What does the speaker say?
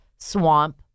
Swamp